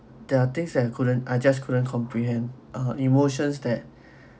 there are things that I couldn't I just couldn't comprehend uh emotions that